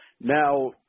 Now